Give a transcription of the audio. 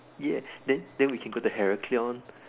yes then then we can go to harrikion